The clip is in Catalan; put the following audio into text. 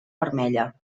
vermella